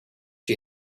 you